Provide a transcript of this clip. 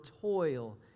toil